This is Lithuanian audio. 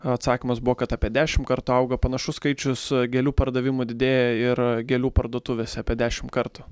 atsakymas buvo kad apie dešim kartų auga panašus skaičius gėlių pardavimų didėja ir gėlių parduotuvėse apie dešim kartų